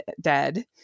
Dead